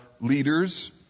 leaders